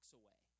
away